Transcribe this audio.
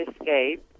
Escape